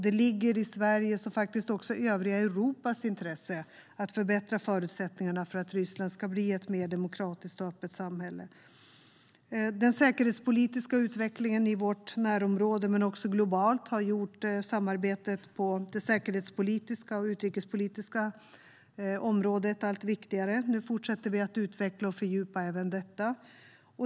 Det ligger i Sveriges och faktiskt också övriga Europas intresse att förbättra förutsättningarna för att Ryssland ska bli ett mer demokratiskt och öppet samhälle. Den säkerhetspolitiska utvecklingen i vårt närområde men också globalt har gjort samarbetet på det säkerhetspolitiska och utrikespolitiska området allt viktigare. Vi fortsätter att utveckla och fördjupa även detta.